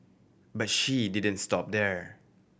but she didn't stop there